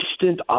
distant